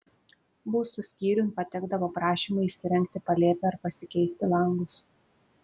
būstų skyriun patekdavo prašymai įsirengti palėpę ar pasikeisti langus